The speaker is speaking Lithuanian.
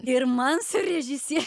ir man su režisie